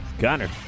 Connor